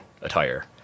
attire